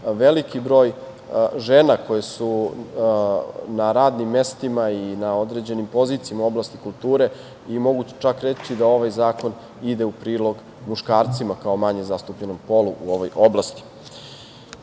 veliki broj žena koje su na radnim mestima i na određenim pozicijama u oblasti kulture i mogu čak reći da ovaj zakon ide u prilog muškarcima, kao manje zastupljenom polu u ovoj oblasti. Načelo